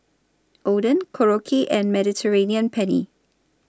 Oden Korokke and Mediterranean Penne